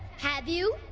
have you?